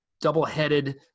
double-headed